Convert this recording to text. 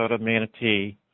Manatee